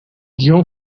guion